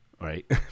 right